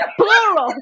plural